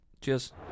Cheers